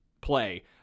play